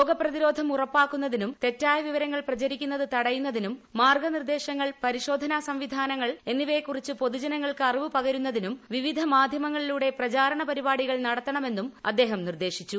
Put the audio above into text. രോഗാപ്രതിരോധം ഉറപ്പാക്കുന്നതിനും തെറ്റായ വിവരങ്ങൾ പ്രചരിക്കുന്നത് തടയുന്നതിനും മാർഗനിർദ്ദേശങ്ങൾ പരിശോധനാ സംവിധാനങ്ങൾ എന്നിവയെ കുറിച്ച് പൊതുജനങ്ങൾക്ക് അറിവു പകരുന്നതിനും വിവിധ മാധ്യമങ്ങളിലൂടെ പ്രചാരണ പരിപാടികൾ നടത്തണമെന്നും അദ്ദേഹം നിർദ്ദേശിച്ചു